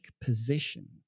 position